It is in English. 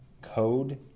code